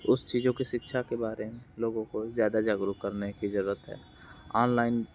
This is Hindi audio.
उस चीज़ों की शिक्षा के बारे में लोगों को ज़्यादा जागरूक करने की ज़रूरत है ऑनलाइन